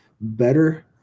better